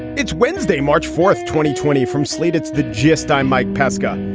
it's wednesday, march fourth, twenty twenty from slate, it's the gist. i'm mike pesca.